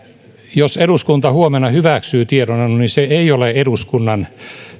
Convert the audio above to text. jos eduskunta huomenna hyväksyy tiedonannon niin se ei ole eduskunnan